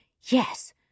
Yes